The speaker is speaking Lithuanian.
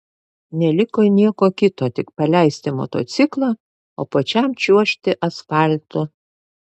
neliko nieko kito tik paleisti motociklą o pačiam čiuožti asfaltu